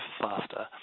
faster